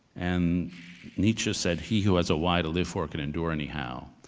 and nietzsche said, he who has a why to live for can endure anyhow.